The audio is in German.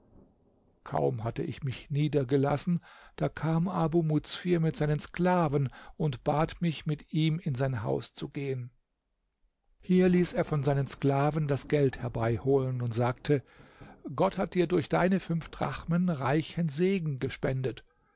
kaum hatte ich mich niedergelassen da kam abu muzfir mit seinen sklaven und bat mich mit ihm in sein haus zu gehen hier ließ er von seinen sklaven das geld herbeiholen und sagte gott hat dir durch deine fünf drachmen reichen segen gespendet